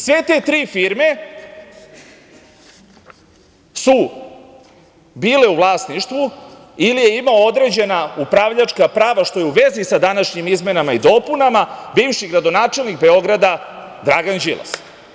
Sve te tri firme su bile u vlasništvu ili je imao određena upravljačka prava, što je u vezi sa današnjim izmenama i dopunama, bivši gradonačelnik Beograda, Dragan Đilas.